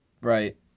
Right